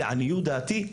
לעניות דעתי,